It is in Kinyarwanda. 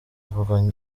avuga